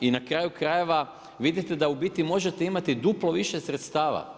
I na kraju krajeva, vidite da u biti možete imati duplo više sredstava.